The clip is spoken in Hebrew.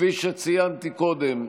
כפי שציינתי קודם,